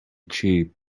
cheap